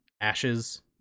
ashes